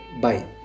Bye